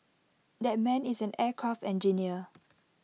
that man is an aircraft engineer